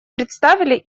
представили